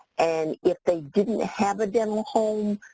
and if they didn't have a dental home,